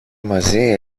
μαζί